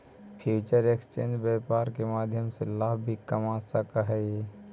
future exchange व्यापार के माध्यम से लाभ भी कमा सकऽ हइ